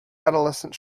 adolescent